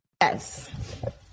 Yes